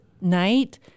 night